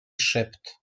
szept